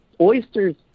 oysters